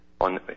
on